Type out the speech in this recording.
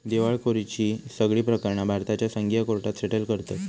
दिवळखोरीची सगळी प्रकरणा भारताच्या संघीय कोर्टात सेटल करतत